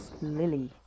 Lily